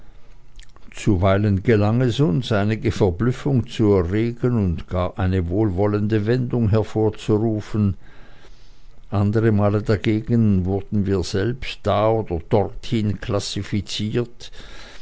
zuweilen gelang es uns einige verblüffung zu erregen oder gar eine wohlwollende wendung hervorzurufen andere male dagegen wurden wir selbst da oder dorthin klassifiziert